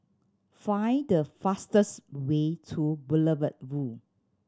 find the fastest way to Boulevard Vue